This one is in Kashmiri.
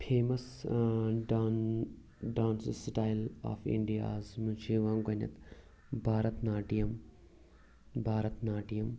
فیمَس ڈان ڈانس سٕٹایل آف اِنڈیاہَس منٛز چھِ یِوان گۄڈٕنٮ۪تھ بھارت ناٹِیَم بھارت ناٹِیَم